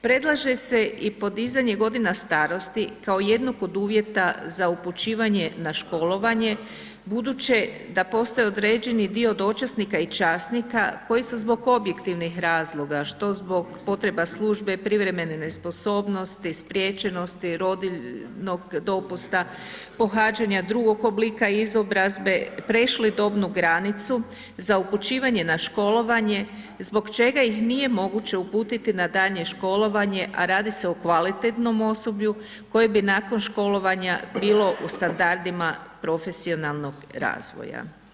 Predlaže se i podizanje godina starosti kao jednog od uvjeta za upućivanje na školovanje buduće da postoje određeni dio dočasnika i časnika koji se zbog objektivnih razloga što zbog potreba službe, privremene nesposobnosti, spriječenosti, rodiljnog dopusta, pohađanja drugog oblika izobrazbe prešli dobnu granicu za upućivanje naš školovanje zbog čega ih nije moguće uputiti na daljnje školovanje, a radi se o kvalitetnom osoblju, koje bi nakon školovanja bilo u standardima profesionalnog razvoja.